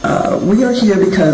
of we got here because